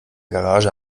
garage